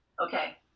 okay